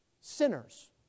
sinners